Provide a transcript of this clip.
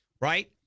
right